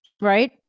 Right